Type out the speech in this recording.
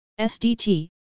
SDT